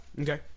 Okay